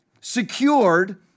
secured